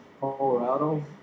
Colorado